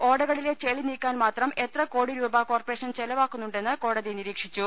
ഓടകളിലെ ചെളി നീക്കാൻ മാത്രം എത്ര കോടി രൂപ കോർപ്പറേഷൻ ചെലവാക്കുന്നുണ്ടെന്ന് കോടത്തി നിരീക്ഷിച്ചു